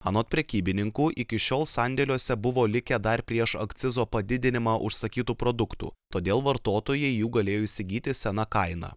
anot prekybininkų iki šiol sandėliuose buvo likę dar prieš akcizo padidinimą užsakytų produktų todėl vartotojai jų galėjo įsigyti sena kaina